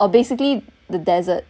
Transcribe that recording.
or basically the desert